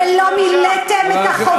ולא מילאתם את החובה,